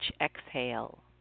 exhale